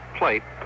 plate